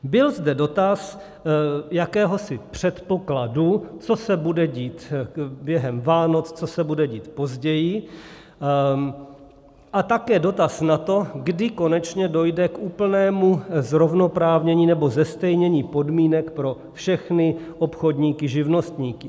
Byl zde dotaz jakéhosi předpokladu, co se bude dít během Vánoc, co se bude dít později, a také dotaz na to, kdy konečně dojde k úplnému zrovnoprávnění nebo zestejnění podmínek pro všechny obchodníky, živnostníky.